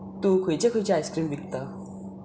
तूंं खंयच्यो खंयच्यो आयस्क्रीम विकता